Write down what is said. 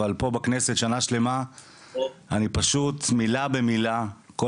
אבל פה בכנסת שנה שלמה אני פשוט מילה במילה כל